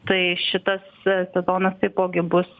tai šitas sezonas taipogi bus